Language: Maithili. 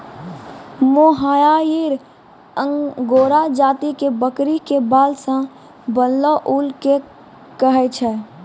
मोहायिर अंगोरा जाति के बकरी के बाल सॅ बनलो ऊन कॅ कहै छै